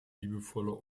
liebevoller